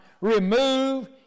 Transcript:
remove